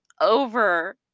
over